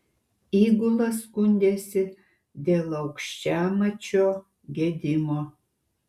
įgula skundėsi dėl aukščiamačio gedimo